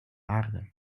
aarde